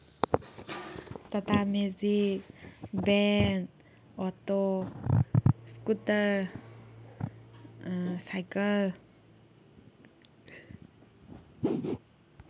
Tata magic van auto scooter cycle